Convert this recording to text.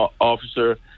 officer